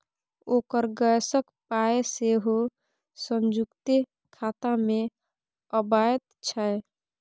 ओकर गैसक पाय सेहो संयुक्ते खातामे अबैत छै